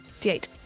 D8